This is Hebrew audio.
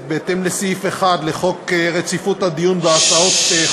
תוסיף אותי להצבעה.